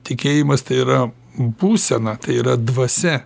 tikėjimas tai yra būsena tai yra dvasia